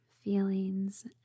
feelings